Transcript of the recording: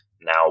now